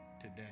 today